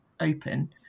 open